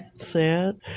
Sad